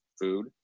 food